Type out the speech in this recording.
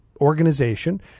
organization